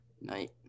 Night